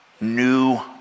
new